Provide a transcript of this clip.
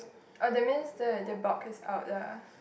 oh that means the the bulk is out ah